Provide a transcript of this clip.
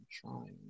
trying